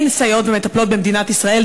אין סייעות ומטפלות במדינת ישראל,